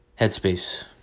Headspace